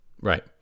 Right